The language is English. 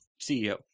CEO